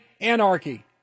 anarchy